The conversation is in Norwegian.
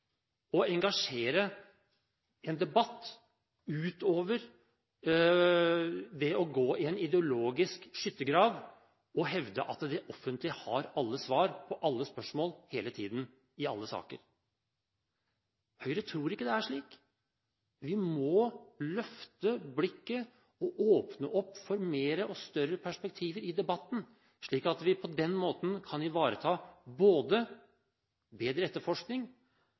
å engasjere en debatt utover det å gå i en ideologisk skyttergrav og hevde at det offentlige har alle svar på alle spørsmål hele tiden i alle saker. Høyre tror ikke det er slik. Vi må løfte blikket og åpne opp for mer og større perspektiver i debatten, slik at vi på den måten kan ivareta både bedre etterforskning